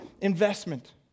investment